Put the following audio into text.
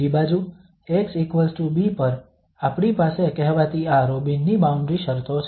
બીજી બાજુ xb પર આપણી પાસે કહેવાતી આ રોબિનની બાઉન્ડ્રી શરતો છે